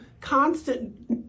constant